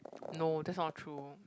no that's not true